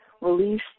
release